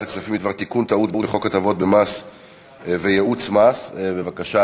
הכספים בדבר תיקון טעות בחוק הטבות במס וייעוץ מס (תיקוני